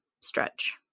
stretch